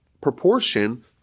proportion